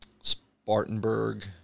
Spartanburg